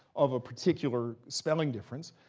of a particular spelling difference.